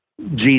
Jesus